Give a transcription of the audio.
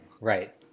Right